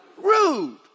Rude